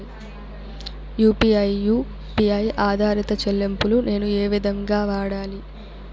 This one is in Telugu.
యు.పి.ఐ యు పి ఐ ఆధారిత చెల్లింపులు నేను ఏ విధంగా వాడాలి?